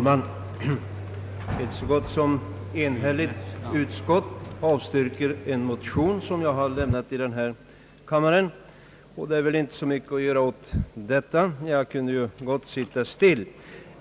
Herr talman! Det är ett enhälligt utskott som avstyrker den motion som jag har väckt i denna fråga. Det är väl då inte så mycket att göra från min sida, utan jag kunde kanske ha suttit still.